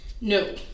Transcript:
No